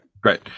great